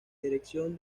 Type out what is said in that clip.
dirección